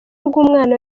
rw’umwana